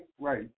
right